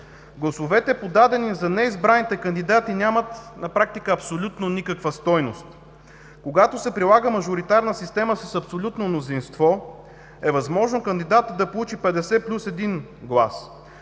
Гласовете, подадени за неизбраните кандидати, на практика нямат абсолютно никаква стойност. Когато се прилага мажоритарна система с абсолютно мнозинство, е възможно кандидатът да получи 50 плюс един гласа.